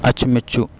ಅಚ್ಚುಮೆಚ್ಚು